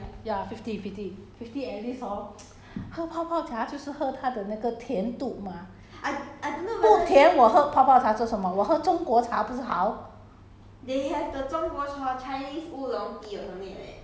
twenty five 很淡 ya fity fifty fifty at least hor 喝泡泡茶就是喝它的那个甜度 mah 不甜我喝泡泡茶做什么我喝中国茶不是好